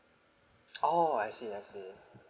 orh I see I see